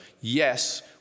Yes